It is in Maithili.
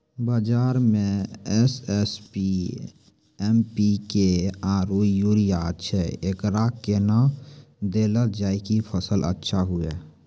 बाजार मे एस.एस.पी, एम.पी.के आरु यूरिया छैय, एकरा कैना देलल जाय कि फसल अच्छा हुये?